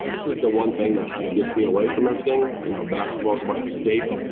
this is the one thing that kinda gets me away from everything, you know, basketball's my escape,